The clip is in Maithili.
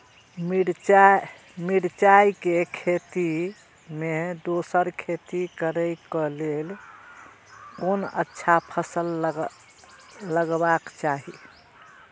मिरचाई के खेती मे दोसर खेती करे क लेल कोन अच्छा फसल लगवाक चाहिँ?